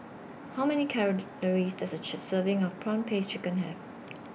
How Many Calories Does A Serving of Prawn Paste Chicken Have